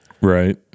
Right